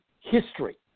history